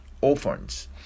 orphans